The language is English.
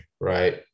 right